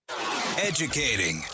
Educating